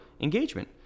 engagement